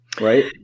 right